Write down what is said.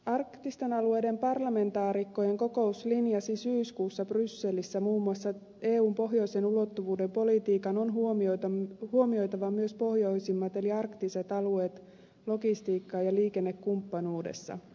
arktisten alueiden parlamentaarikkojen kokous linjasi syyskuussa brysselissä muun muassa että eun pohjoisen ulottuvuuden politiikan on huomioitava myös pohjoisimmat eli arktiset alueet logistiikka ja liikennekumppanuudessa